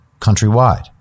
countrywide